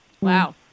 Wow